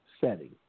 setting